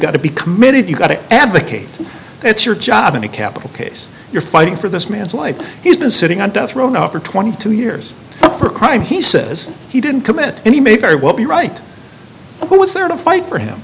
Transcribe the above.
got to be committed you've got to advocate it's your job in a capital case you're fighting for this man's life he's been sitting on death row now for twenty two years for a crime he says he didn't commit and he may very well be right who was there to fight for him